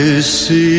See